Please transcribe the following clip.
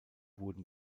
wurden